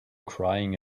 crying